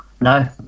No